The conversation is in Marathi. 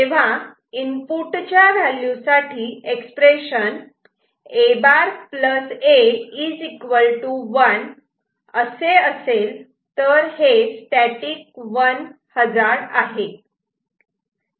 तेव्हा इनपुट च्या व्हॅल्यू साठी एक्सप्रेशन A' A 1 असे असेल आणि हे स्टॅटिक 1 हजार्ड आहे